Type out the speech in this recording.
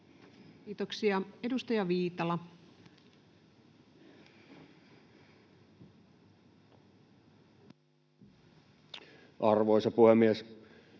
Kiitoksia. — Edustaja Viitala. Arvoisa puhemies!